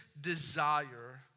desire